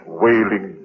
wailing